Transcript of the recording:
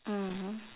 mmhmm